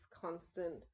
constant